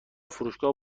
فروشگاه